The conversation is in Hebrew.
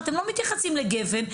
אתם לא מתייחסים לגפ"ן,